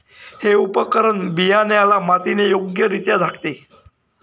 हे उपकरण बियाण्याला मातीने योग्यरित्या झाकते